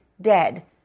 dead